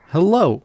Hello